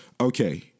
Okay